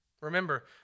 Remember